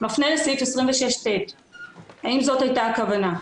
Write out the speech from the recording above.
מפנה לסעיף 26ט. האם זאת הייתה הכוונה?